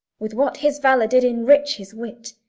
with what his valour did enrich his wit,